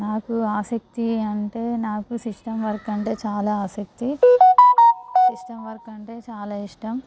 నాకు ఆసక్తి అంటే నాకు సిస్టం వర్క్ అంటే చాలా ఆసక్తి సిస్టం వర్క్ అంటే చాలా ఇష్టం